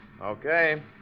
Okay